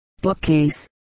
Bookcase